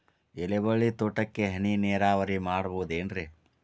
ಎಲೆಬಳ್ಳಿ ತೋಟಕ್ಕೆ ಹನಿ ನೇರಾವರಿ ಮಾಡಬಹುದೇನ್ ರಿ?